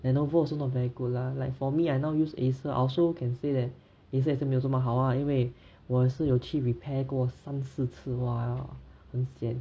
Lenovo also not very good lah like for me I now use Acer I also can say that Acer 也是没有这么好啊因为我也是有去 repair 过三四次哇很 sian